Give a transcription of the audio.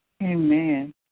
Amen